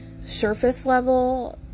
surface-level